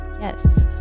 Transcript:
Yes